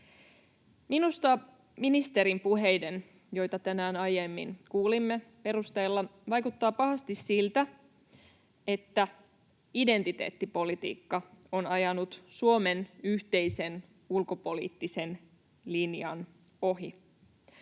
Minusta ministerin puheiden, joita tänään aiemmin kuulimme, perusteella vaikuttaa pahasti siltä, että identiteettipolitiikka on ajanut Suomen yhteisen ulkopoliittisen linjan ohi